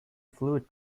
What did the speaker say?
fluid